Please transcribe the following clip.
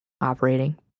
operating